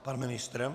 Pan ministr?